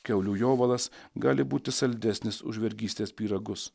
kiaulių jovalas gali būti saldesnis už vergystės pyragus